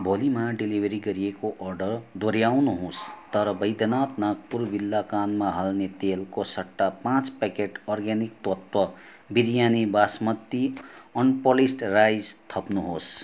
भोलिमा delivery गरिएको order दोहोऱ्याउनुहोस् तर बैद्यनाथ नागपुर बिल्वा कानमा हाल्ने तेलको सट्टा पाँच packet organic Tattva biryani basmati unpolished rice थप्नुहोस्